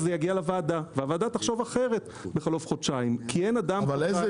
זה יגיע לוועדה והיא תחשוב אחרת בחלוף חודשיים כי יש עליו